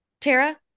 Tara